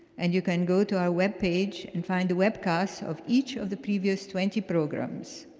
and you can go to our webpage and find the webcast of each of the previous twenty programs.